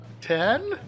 Ten